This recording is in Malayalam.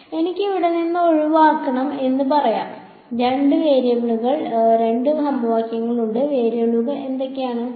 അതിനാൽ എനിക്ക് ഇവിടെ നിന്ന് ഒഴിവാക്കണം എന്ന് പറയാം രണ്ട് വേരിയബിളുകളിൽ രണ്ട് സമവാക്യങ്ങൾ ഉണ്ട് വേരിയബിളുകൾ എന്തൊക്കെയാണ്